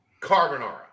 carbonara